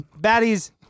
baddies